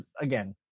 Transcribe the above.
again –